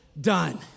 done